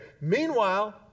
Meanwhile